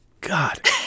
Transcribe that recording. God